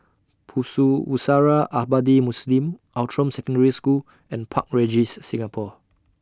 Pusara Abadi Muslim Outram Secondary School and Park Regis Singapore